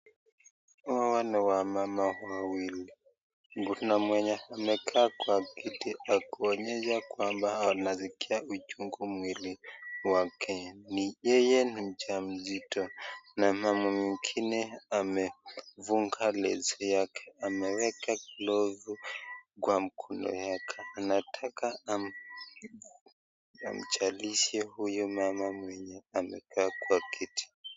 Hawa ni wamama wawili na kuna mwenye amekaa kwa kiti akionyesha kwamba anasikia uchungu mwilini wake yeye ni mja mzito na mama mwingine amefunga leso yake ameweka glovu kwa mkono wake anataka amzalishe huyo mama amekaa kwa kiti.